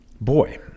Boy